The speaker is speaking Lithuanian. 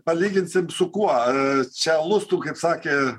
palyginsim su kuo čia lustų kaip sakė